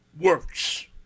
works